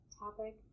topic